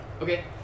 Okay